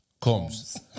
comes